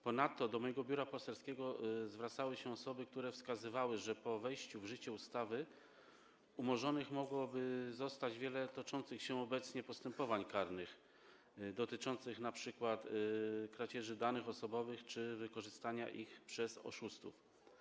Ponadto do mojego biura poselskiego zwracały się osoby, które wskazywały, że po wejściu w życie ustawy mogłoby zostać umorzonych wiele toczących się obecnie postępowań karnych dotyczących np. kradzieży danych osobowych czy wykorzystania ich przez oszustów.